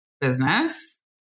business